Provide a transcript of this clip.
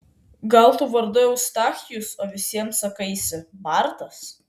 gal tu vardu eustachijus o visiems sakaisi bartas